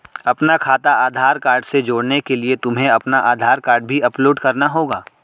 अपना खाता आधार कार्ड से जोड़ने के लिए तुम्हें अपना आधार कार्ड भी अपलोड करना होगा